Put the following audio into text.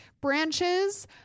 branches